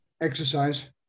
Exercise